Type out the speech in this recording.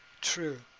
true